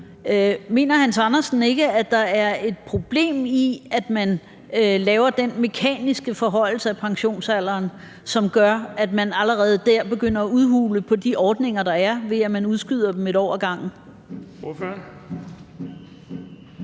Mener hr. Hans Andersen ikke, at der er et problem i, at man laver den mekaniske forhøjelse af pensionsalderen, som gør, at man allerede der begynder at udhule de ordninger, der er, ved at man udskyder dem 1 år ad gangen?